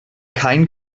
kein